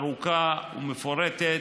ארוכה ומפורטת,